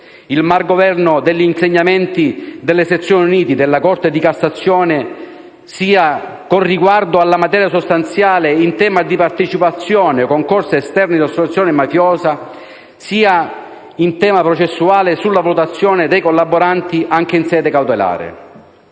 il malgoverno degli insegnamenti delle sezioni unite della Corte di cassazione, sia con riguardo alla materia sostanziale, in tema di partecipazione o concorso esterno in associazione mafiosa, sia in tema processuale sulla valutazione dei collaboranti anche in sede cautelare.